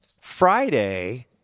Friday